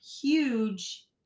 huge